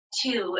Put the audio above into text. two